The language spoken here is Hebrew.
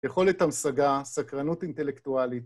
מה המצב?